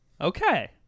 okay